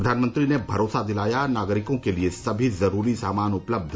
प्रधानमंत्री ने भरोसा दिलाया नागरिकों के लिए सभी जरूरी सामान उपलब्ध